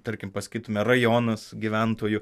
tarkim pasakytume rajonas gyventojų